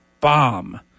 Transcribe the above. Bomb